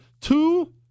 Two